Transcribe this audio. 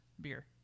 beer